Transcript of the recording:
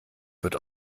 wird